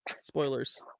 Spoilers